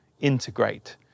integrate